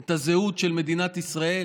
את הזהות של מדינת ישראל